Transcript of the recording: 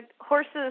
horses